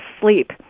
sleep